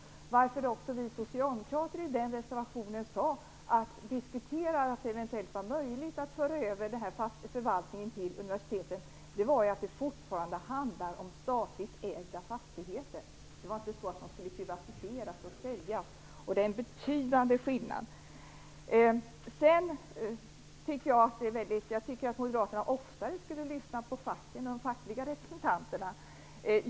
I reservationen diskuterade vi socialdemokrater att det eventuellt var möjligt att föra över den här förvaltningen till universiteten. Det gjorde vi därför att det fortfarande handlar om statligt ägda fastigheter. Det var inte så att de skulle privatiseras och säljas. Det är en betydande skillnad. Jag tycker vidare att moderaterna oftare borde lyssna på de fackliga representanterna.